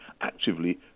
actively